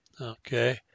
Okay